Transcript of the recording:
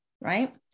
right